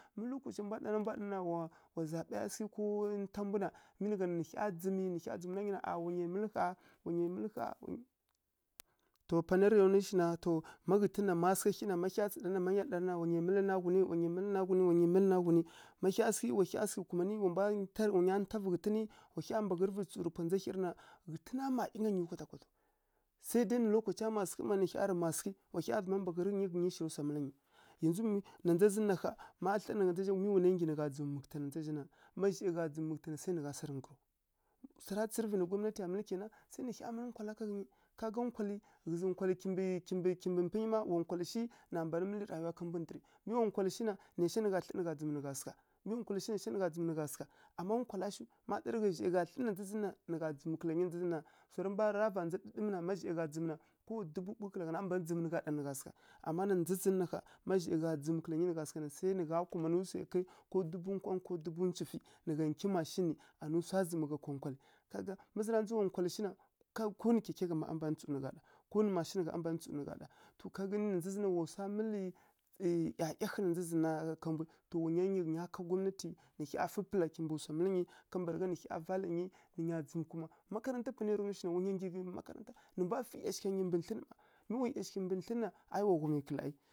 Má lokacai mbwa ɗana wa zaɓaya sǝghǝ ko nta mbu na, mi nǝ gha na nǝ hya dzǝmǝ nǝ hya dzǝmǝ nwa ghǝnyi na wa nyi mǝlǝ ƙha, wa nyi mǝlǝ ƙha to panarǝ ya ra nwu shina to ma ghǝtun na má sǝgha hyi na ma hya tsǝw ɗarǝ wa nyi mǝlǝn na ghunǝ, mǝlǝn na ghunǝ, wa nyi mǝlǝn na ghunǝ ma hya sǝghǝ kumanǝ wa mbwa ntavǝ ghǝtǝnǝ, wa hya mbaghǝrǝvǝrǝ pwa ndza hyi rǝ na, ghǝtǝna mma ˈyinga ghǝnyi kwata kwataw. Sai dai nǝ lokaca mma sǝghǝ ma nǝ hya rǝ mma sǝghǝ wa hya mbaghǝrǝ ghǝnyi-ghǝnyi shirǝ swa mǝla nyiw na ndza zǝn na ƙha ma nyi mi wana nggyi nǝ gha dzǝmǝ mukǝta na ndza zǝn na, má zhai gha dzǝmǝ mukǝta na sai nǝ gha sarǝ nggǝro. Swara tsǝrǝvǝ nǝ gwamnatiya mǝlǝ kena, nǝ hya mǝlǝ nkwala ká ghǝnyi. Ka ngga nkwalǝ kimbǝ mpǝnyi ma wa nkwalǝ shi na mban nǝ mi wa nkwalǝ shi ndǝrǝ naisha nǝ gha thli nǝ gha dzǝmǝ sǝgha, mi wa nkwalǝ shina nǝ gha dzǝmǝ nǝ gha sǝgha. Amma nkwala shiw, ma ɗarǝ gha nǝ gha thli nǝ gha dzǝmǝ kǝla ghǝnyi na dza zǝn na swarǝ mbwa ndza ɗǝɗǝmǝ na ma zhai gha dzǝmǝ na ma zhai gha dzǝmǝ na ko wa dubu ɓughǝ kǝla gha na a ban dzǝmǝ nǝ gha dzǝm nǝ gha sǝgha. Amma na dza zǝn na ƙha ma zhai gha dzǝm kǝla ghǝnyi nǝ gha sǝgha na sai nǝ gha kumanǝ kyai-kyai ko dubu nkwangǝ ncufǝ na gha nkyi macin nǝ, anǝ swa zǝma nkonkwalǝ ka ga ma zǝ ra ndza wa nkwalǝ shi na ko nǝ kyai-kyai gha ma a ban dzǝ nǝ gha ɗa ko nǝ macin gha ma a ban dzǝ nǝ gha ɗa to ka gani na dza zǝn na wa swa mǝlǝ ˈyi ˈyaˈyaghǝ ka mbwi, to wa nya nggyi nǝ nya ká gwamnati nǝ hya fǝ pǝla kimbǝ swa mǝlǝ nyi kambǝragha nǝ hya vala ghǝnyi nǝ nya dzǝvu kuma makaranta panai ya ra nu shina wa nya nggyi nǝ mbwa fǝ ˈyashigha nyi mbǝ thlǝn ma, a mi wa ˈyashigha nyi mbǝ thlǝn na aˈi wa ghumi kǝlǝ aˈi.